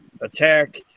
attack